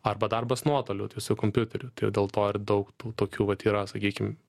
arba darbas nuotoliu tai su kompiuteriu tai dėl to ir daug tų tokių vat yra sakykim